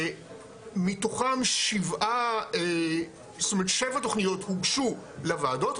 מתוכן שבע תוכניות הוגשו לוועדות,